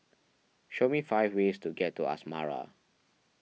show me five ways to get to Asmara